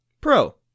Pro